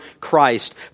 Christ